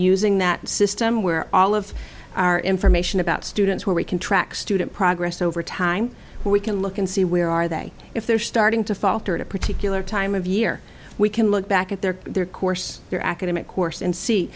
using that system where all of our information about students where we can track student progress over time we can look and see where are they if they're starting to falter at a particular time of year we can look back at their their course their academic course and see